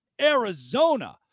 Arizona